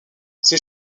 ses